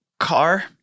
Car